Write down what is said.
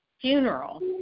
funeral